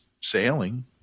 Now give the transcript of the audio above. sailing